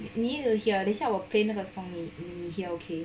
you need to hear 等一下我 play 那个 song 你 hear okay